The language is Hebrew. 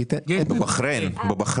בבחריין.